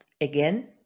again